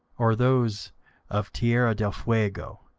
or those of terra del fuego,